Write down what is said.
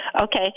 okay